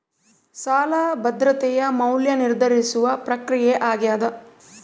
ಸಾಲ ಭದ್ರತೆಯ ಮೌಲ್ಯ ನಿರ್ಧರಿಸುವ ಪ್ರಕ್ರಿಯೆ ಆಗ್ಯಾದ